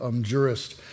jurist